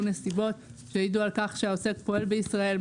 נסיבות שהעידו על כך שהעוסק פועל בישראל,